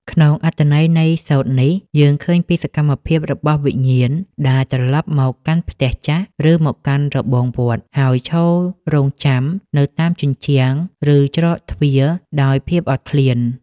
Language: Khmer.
ក្នុងអត្ថន័យនៃសូត្រនេះ យើងឃើញពីសកម្មភាពរបស់វិញ្ញាណដែលត្រឡប់មកកាន់ផ្ទះចាស់ ឬមកកាន់របងវត្ត ហើយឈររង់ចាំនៅតាមជញ្ជាំង ឬច្រកទ្វារដោយភាពអត់ឃ្លាន។